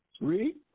Read